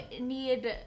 need